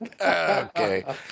okay